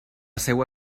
seua